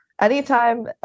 anytime